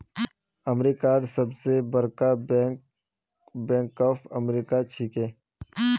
अमेरिकार सबस बरका बैंक बैंक ऑफ अमेरिका छिके